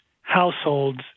households